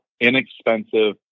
inexpensive